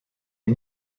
les